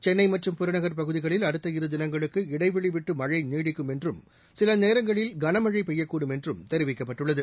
சென்னை மற்றும் புறநகர் பகுதிகளில் அடுத்த இரு தினங்களுக்கு இடைவெளி விட்டு மழை நீடிக்கும் என்றும் சில நேரங்களில் கனமழை பெய்யக்கூடும் என்றும் தெரிவிக்கப்பட்டுள்ளது